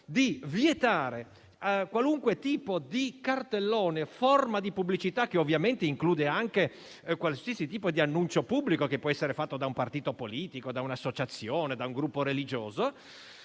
di vietare qualunque tipo di cartellone o forma di pubblicità, che ovviamente include anche qualsiasi tipo di annuncio pubblico che può essere fatto da un partito politico, da un'associazione, da un gruppo religioso.